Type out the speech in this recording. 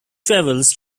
travels